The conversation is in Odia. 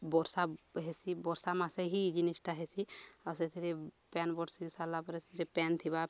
ବର୍ଷା ହେସି ବର୍ଷା ମାସେ ହି ଜିନିଷଟା ହେସି ଆଉ ସେଥିରେ ପାନ୍ ବର୍ଷି ସାରିଲା ପରେ ସେଥିରେ ପାନ୍ ଥିବା